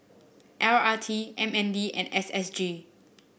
L R T M N D and S S G